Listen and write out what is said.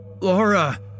Laura